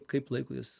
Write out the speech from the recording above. kaip laikotės